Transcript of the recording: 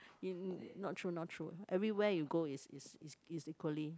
in not true not true everywhere you go is is is equally